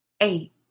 eight